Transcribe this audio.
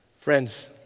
Friends